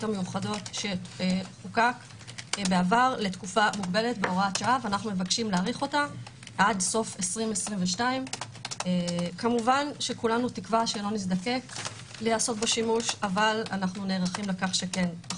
המיוחדות שחוקק לתקופה מוגבלת בהוראת שעה עד סוף 2022. כולנו תקווה שלא נזדקק לעשות בה שימוש אך אנו נערכים שכן.